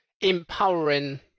empowering